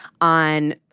on